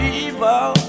evil